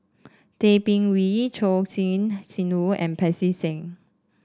Tay Bin Wee Choor Singh Sidhu and Pancy Seng